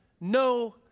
No